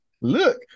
Look